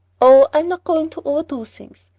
oh, i'm not going to overdo things.